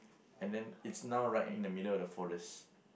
and then it's now right in the middle of the forest